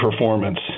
performance